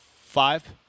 five